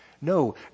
No